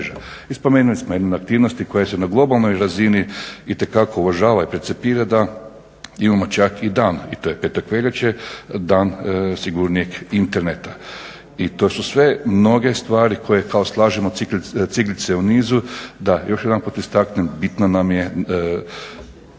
I spomenuli smo jedne aktivnosti koje se na globalnoj razini itekako uvažavaju, percipiraju da imamo čak i dan i to je 5. veljače, dan sigurnijeg interneta i to su sve mnoge stvari koje kao slažemo ciglice u nizu. Da još jedan put istaknem, bitno nam je